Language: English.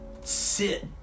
Sit